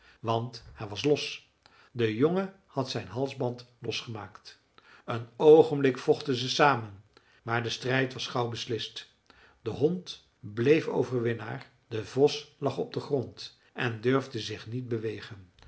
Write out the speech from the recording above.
want hij was los de jongen had zijn halsband losgemaakt een oogenblik vochten ze samen maar de strijd was gauw beslist de hond bleef overwinnaar de vos lag op den grond en durfde zich niet bewegen